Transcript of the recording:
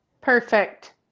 Perfect